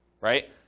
right